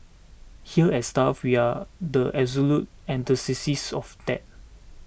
here at stuff we are the absolute antithesis of that